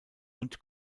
und